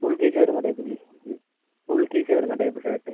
full കീശ വരുന്ന type ഇത് ഫുൾ കീശ വരുന്ന ടൈപ്പ് ഷർട്ട്